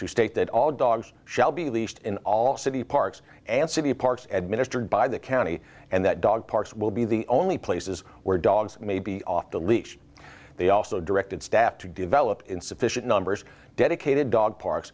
to state that all dogs shall be leased in all city parks and city parks and ministered by the county and that dog parks will be the only places where dogs may be off the leash they also directed staff to develop in sufficient numbers dedicated dog parks